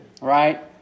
Right